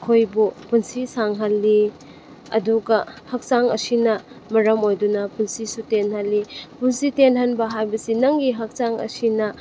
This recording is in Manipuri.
ꯑꯩꯈꯣꯏꯕꯨ ꯄꯨꯟꯁꯤ ꯁꯥꯡꯍꯜꯂꯤ ꯑꯗꯨꯒ ꯍꯛꯆꯥꯡ ꯑꯁꯤꯅ ꯃꯔꯝ ꯑꯣꯏꯗꯨꯅ ꯄꯨꯟꯁꯤꯁꯨ ꯇꯦꯜꯍꯜꯂꯤ ꯄꯨꯟꯁꯤ ꯇꯦꯜꯍꯟꯕ ꯍꯥꯏꯕꯁꯤ ꯅꯪꯒꯤ ꯍꯛꯆꯥꯡ ꯑꯁꯤꯅ